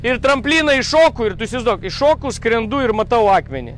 ir tramplyną iššoku ir tu įsivaizduok iššoku skrendu ir matau akmenį